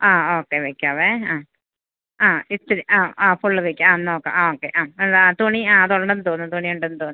ആ ഓക്കെ വെയ്ക്കാമേ ആ ആ ഇത്തിരി ആ ആ ഫുള്ള് വെയ്ക്കാൻ ആ നോക്കാം ആ ഓക്കെ ആ അതാ തുണി ആ അത് ഉണ്ടെന്ന് തോന്നുന്നു തുണി ഉണ്ടെന്ന് തോന്നുന്നു